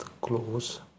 close